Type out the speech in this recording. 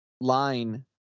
line